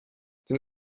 den